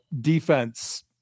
defense